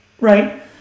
right